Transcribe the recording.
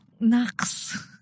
Naks